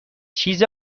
چیز